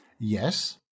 Yes